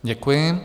Děkuji.